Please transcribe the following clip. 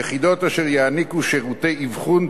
יחידות אשר יעניקו שירותי אבחון,